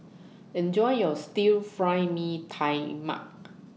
Enjoy your Stir Fried Mee Tai Mak